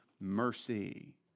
mercy